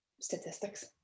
statistics